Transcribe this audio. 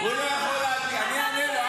אני אעלה.